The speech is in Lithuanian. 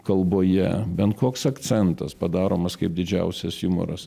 kalboje bent koks akcentas padaromas kaip didžiausias jumoras